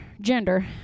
gender